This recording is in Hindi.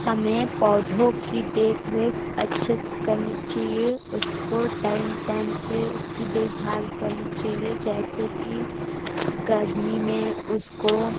हमें पौधों की देखरेख अच्छे से करनी चाहिए उसको टाइम टाइम से उसकी देखभाल करनी चाहिए जैसे कि गर्मी में उसको